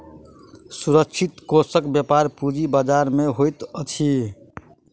सुरक्षित कोषक व्यापार पूंजी बजार में होइत अछि